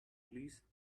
please